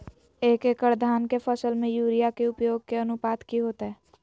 एक एकड़ धान के फसल में यूरिया के उपयोग के अनुपात की होतय?